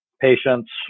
patients